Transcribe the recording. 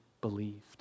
believed